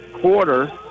quarter